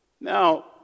Now